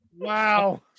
Wow